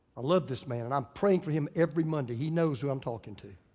i love this man and i'm praying for him every monday. he knows who i'm talking to.